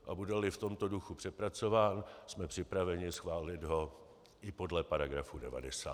A budeli v tomto duchu přepracován, jsme připraveni schválit ho i podle § 90.